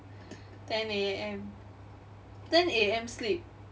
ten A_M ten A_M sleep